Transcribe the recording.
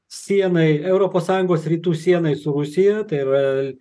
sienai europos sąjungos rytų sienai su rusija tai yra